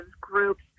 groups